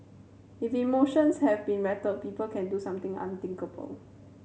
if emotions have been rattled people can do something unthinkable